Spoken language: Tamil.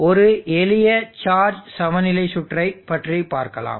ஒரு எளிய சார்ஜ் சமநிலை சுற்றை பற்றி பார்க்கலாம்